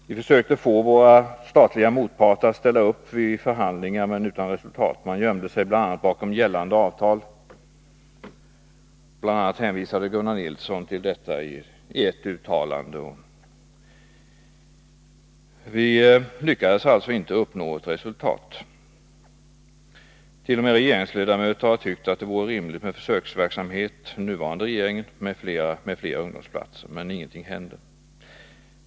Vi försökte få våra statliga motparter att ställa upp vid förhandlingar, men utan resultat; de gömde sig bl.a. bakom gällande avtal, och bl.a. hänvisade Gunnar Nilsson till detta i ett uttalande. Vi lyckades alltså inte uppnå ett resultat. T. o. m. regeringsledamöter i den nuvarande regeringen har tyckt att det vore rimligt med en försöksverksamhet med fler ungdomsplatser, men ingenting händer.